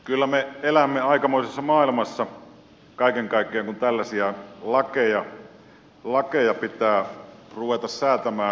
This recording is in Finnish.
kyllä me elämme aikamoisessa maailmassa kaiken kaikkiaan kun tällaisia lakeja pitää ruveta säätämään